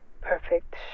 perfect